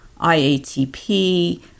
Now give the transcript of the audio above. IATP